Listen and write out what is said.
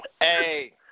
hey